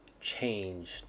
changed